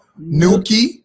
Nuki